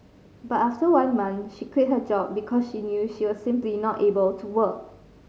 but after just one month she quit her job because she knew she was simply not able to work